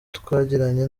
twagiranye